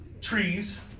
trees